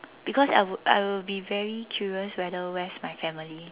because I will I will be very curious whether where's my family